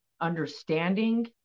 understanding